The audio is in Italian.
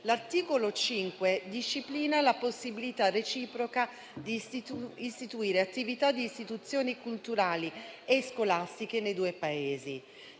L'articolo 5 disciplina la possibilità reciproca di istituire attività di istituzioni culturali e scolastiche nei due Paesi.